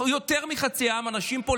אנשים פה,